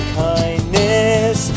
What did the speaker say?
kindness